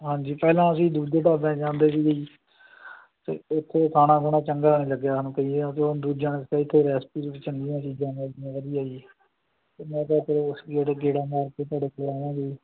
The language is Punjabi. ਹਾਂਜੀ ਪਹਿਲਾਂ ਅਸੀਂ ਦੂਜੇ ਢਾਬਿਆਂ 'ਚ ਜਾਂਦੇ ਸੀਗੇ ਜੀ ਅਤੇ ਇੱਥੇ ਖਾਣਾ ਖੁਣਾ ਚੰਗਾ ਨਹੀਂ ਲੱਗਿਆ ਸਾਨੂੰ ਕਈ ਦਿਨ ਦਿਨਾਂ ਤੋਂ ਉਹ ਦੂਜਿਆਂ ਨੇ ਦੱਸਿਆ ਇੱਥੇ ਰੈਸਪੀ ਦੇ ਵਿੱਚ ਚੰਗੀਆਂ ਚੀਜ਼ਾਂ ਨੇ ਵਧੀਆ ਜੀ ਮੈਂ ਕਿਹਾ ਫਿਰ ਗੇੜਾ ਮਾਰ ਕੇ ਤੁਹਾਡੇ ਕੋਲ ਆਵਾਂਗੇ ਜੀ